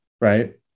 Right